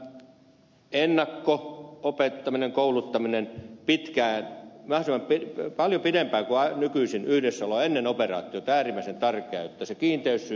tämä ennakko opettaminen kouluttaminen pitkään paljon pidempään kuin nykyisin yhdessäolo ennen operaatiota on äärimmäisen tärkeää että se kiinteys syntyy